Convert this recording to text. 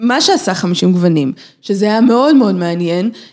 מה שעשה חמישים גוונים, שזה היה מאוד מאוד מעניין.